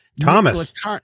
Thomas